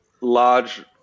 large